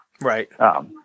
right